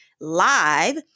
live